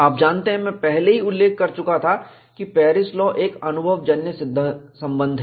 आप जानते हैं मैं पहले ही उल्लेख कर चुका था कि पेरिस लाॅ एक अनुभवजन्य संबंध है